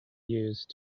use